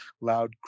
loud